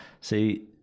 See